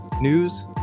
news